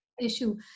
issue